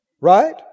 Right